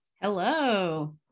Hello